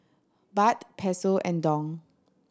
Baht Peso and Dong